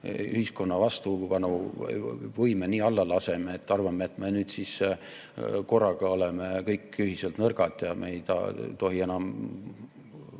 ühiskonna vastupanuvõime nii alla laseme, et arvame, et me nüüd siis korraga oleme kõik ühiselt nõrgad ega tohi enam